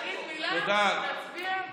תגיד מילה, נצביע, תודה.